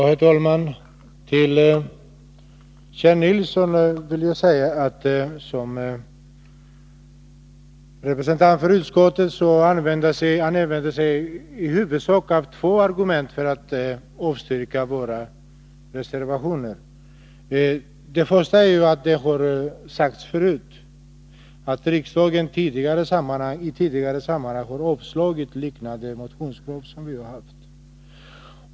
Herr talman! Som representant för utskottet använder sig Kjell Nilsson i huvudsak av två argument för att avstyrka våra reservationer. Det första är att riksdagen i tidigare sammanhang har avslagit liknande motionskrav som vi fört fram.